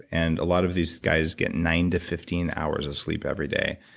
and a lot of these guys get nine to fifteen hours of sleep every day.